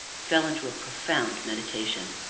fell into a profound meditation.